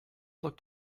looked